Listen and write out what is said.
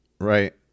right